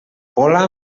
pola